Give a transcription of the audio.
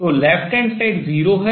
तो left hand side 0 है